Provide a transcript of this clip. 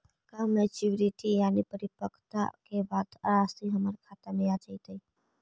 का मैच्यूरिटी यानी परिपक्वता के बाद रासि हमर खाता में आ जइतई?